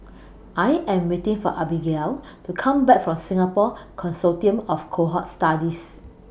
I Am waiting For Abigayle to Come Back from Singapore Consortium of Cohort Studies